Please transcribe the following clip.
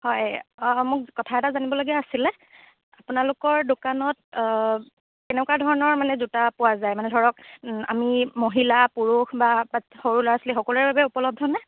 হয় মোক কথা এটা জানিবলগীয়া আছিলে আপোনালোকৰ দোকানত অ' কেনেকুৱা ধৰণৰ মানে জোতা পোৱা যায় মানে ধৰক আমি মহিলা পুৰুষ বা সৰু ল'ৰা ছোৱালী সকলোৰে বাবে উপলব্ধনে